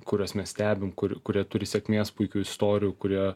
kuriuos mes stebim kur kurie turi sėkmės puikių istorijų kurie